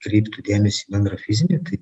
kreiptų dėmesį į bendrą fizinį tai